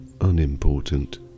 unimportant